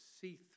see